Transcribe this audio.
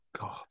God